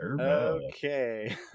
Okay